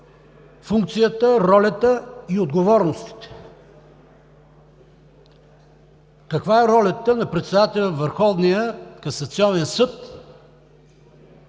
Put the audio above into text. функцията, ролята и отговорностите. Каква е ролята на председателя на